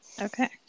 Okay